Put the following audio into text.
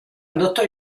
adottò